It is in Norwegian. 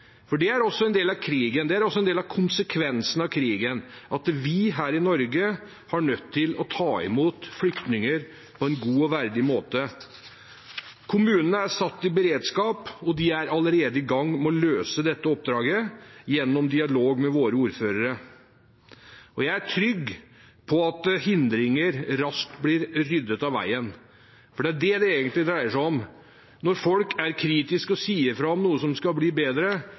for det er også en del av krigen, det er også en del av konsekvensen av krigen, at vi her i Norge er nødt til å ta imot flyktninger på en god og verdig måte. Kommunene er satt i beredskap, og de er allerede i gang med å løse dette oppdraget gjennom dialog med våre ordførere. Jeg er trygg på at hindringer raskt blir ryddet av veien, for det er det det egentlig dreier seg om. Når folk er kritiske og sier fra om noe som skal bli bedre,